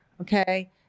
okay